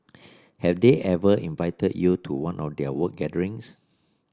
have they ever invited you to one of their work gatherings